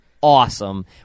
awesome